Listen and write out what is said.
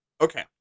Okay